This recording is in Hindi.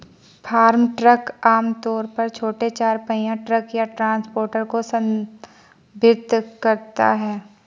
फार्म ट्रक आम तौर पर छोटे चार पहिया ट्रक या ट्रांसपोर्टर को संदर्भित करता है